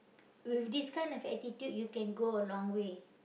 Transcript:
with this kind of attitude you can go a long way